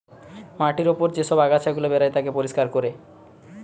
মাটির উপর যে সব আগাছা গুলা বেরায় তাকে পরিষ্কার কোরে